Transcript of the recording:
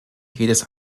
jedes